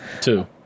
Two